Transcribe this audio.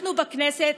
אנחנו בכנסת,